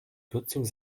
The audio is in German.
kürzung